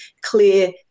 clear